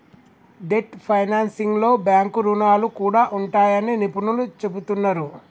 debt ఫైనాన్సింగ్లో bank రుణాలు కూడా ఉంటాయని నిపుణులు చెబుతున్నరు